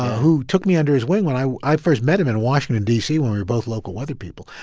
who took me under his wing when i i first met him in washington, d c, when we were both local weather people.